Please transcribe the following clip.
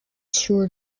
sewer